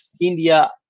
India